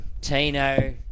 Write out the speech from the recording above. Tino